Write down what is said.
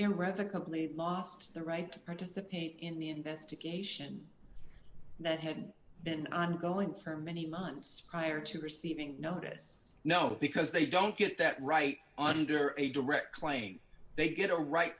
irrevocably lost their right to participate in the investigation that had been ongoing for many months prior to receiving notice no because they don't get that right under a direct claim they get a right